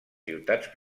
ciutats